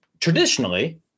traditionally